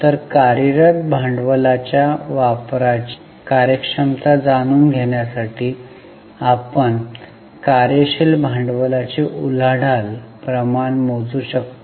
तर कार्यरत भांडवलाच्या वापराची कार्यक्षमता जाणून घेण्यासाठी आपण कार्यशील भांडवलाची उलाढाल प्रमाण मोजू शकतो